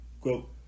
Quote